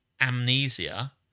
Amnesia